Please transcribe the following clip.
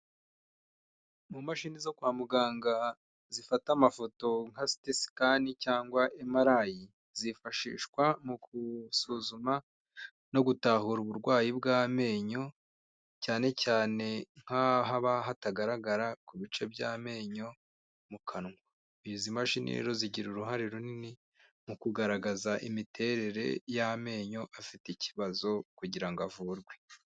Mu mashini zo kwa muganga zifata amafoto nka stescan cyangwa m-ray zifashishwa mu gusuzuma no gutahura uburwayi bw'amenyo cyane cyane nk'ahaba hatagaragara ku bice by'amenyo mu kanwa, izi mashini rero zigira uruhare runini mu kugaragaza imiterere y'amenyo afite ikibazo kugira avurwe.